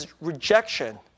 rejection